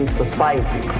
society